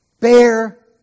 bear